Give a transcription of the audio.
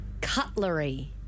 Cutlery